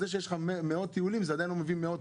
זה שיש לך מאות טיולים זה עדיין לא מביא מאות